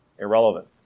irrelevant